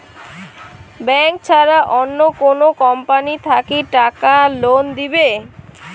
Bank ছাড়া অন্য কোনো কোম্পানি থাকি কত টাকা লোন দিবে?